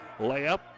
layup